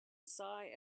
sigh